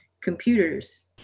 computers